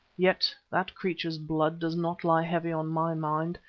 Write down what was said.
yet that creature's blood does not lie heavy on my mind,